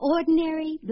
Ordinary